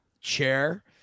chair